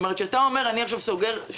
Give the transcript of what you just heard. כשאתה אומר: אני סוגר עכשיו נתיב אחד באיילון,